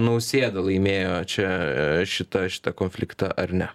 nausėda laimėjo čia šitą šitą konfliktą ar ne